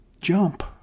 Jump